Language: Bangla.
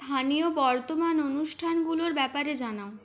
স্থানীয় বর্তমান অনুষ্ঠানগুলোর ব্যাপারে জানাও